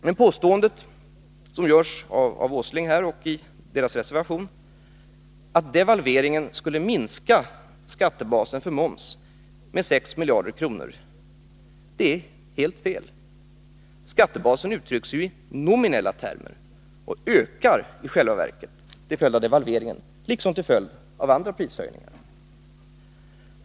Men påståendet som Nils Åsling gör här och som återfinns i reservationen, att devalveringen skulle minska skattebasen för moms med 6 miljarder kronor, är helt fel. Skattebasen uttrycks ju i nominella termer och ökar i själva verket till följd av devalveringen liksom till följd av andra prishöjningar.